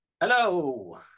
Hello